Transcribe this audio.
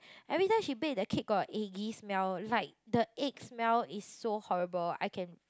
everytime she bake the cake got eggy smell like the egg smell is so horrible I can